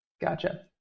Gotcha